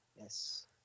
Yes